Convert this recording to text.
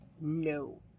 No